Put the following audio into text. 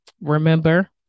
remember